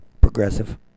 Progressive